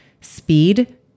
speed